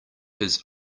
his